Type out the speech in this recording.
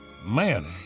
Man